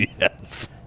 Yes